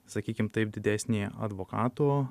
sakykim taip didesnį advokatų